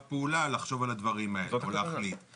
הפעולה לחשוב על הדברים האלה ולהחליט.